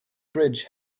bridge